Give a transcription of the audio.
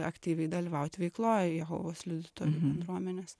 aktyviai dalyvaut veikloj jehovos liudytojų bendruomenės